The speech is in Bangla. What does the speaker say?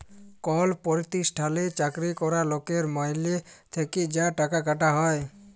কল পরতিষ্ঠালে চাকরি ক্যরা লকের মাইলে থ্যাকে যা টাকা কাটা হ্যয়